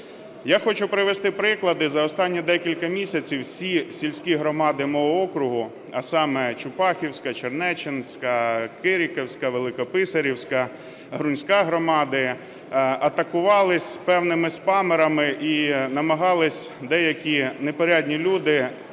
Я хочу привести приклади. За останні декілька місяців усі сільські громади мого округу, а саме: Чупахівська, Чернеччинська, Кириківська, Великописарівська, Грунська громади, атакувались певними спамерами. І намагались деякі непорядні люди